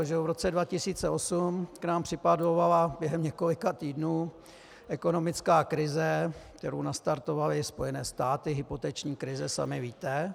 V roce 2008 k nám připádlovala během několika týdnů ekonomická krize, kterou nastartovaly Spojené státy, hypoteční krize, sami víte.